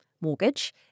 mortgage